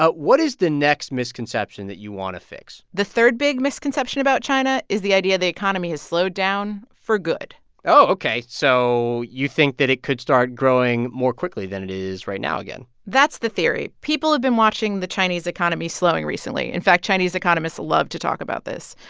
but what is the next misconception that you want to fix? the third big misconception about china is the idea the economy has slowed down for good oh, ok. so you think that it could start growing more quickly than it is right now again that's the theory. people have been watching the chinese economy slowing recently. in fact, chinese economists love to talk about this.